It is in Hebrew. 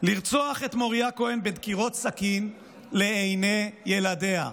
לרצוח את מוריה כהן בדקירות סכין לעיני ילדיה.